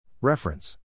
Reference